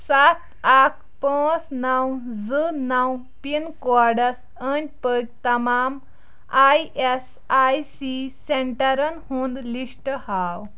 سَتھ اکھ پانژھ نو زٕ نو پِن کوڈس انٛدۍ پٔکۍ تمام ایۍ ایس آیۍ سی سینٹرن ہُنٛد لسٹ ہاو